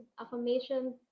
affirmations